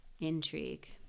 intrigue